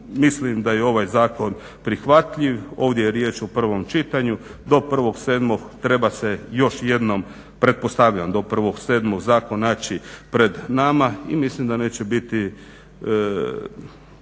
mislim da je ovaj zakon prihvatljiv. Ovdje je riječ o prvom čitanju, do 1.07. treba se još jednom, pretpostavljam do 1.07. zakon naći pred nama i mislim da neće biti